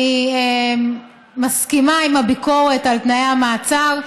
אני מסכימה עם הביקורת על תנאי המעצר,